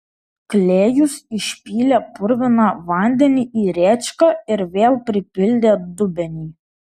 klėjus išpylė purviną vandenį į rėčką ir vėl pripildė dubenį